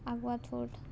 Aguada fort